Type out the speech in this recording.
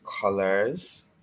colors